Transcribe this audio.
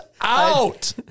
out